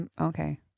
okay